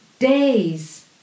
Days